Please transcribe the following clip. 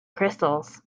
crystals